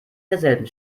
derselben